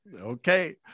Okay